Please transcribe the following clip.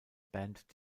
band